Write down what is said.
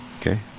Okay